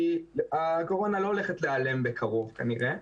כי הקורונה לא הולכת להיעלם בקרוב כנראה.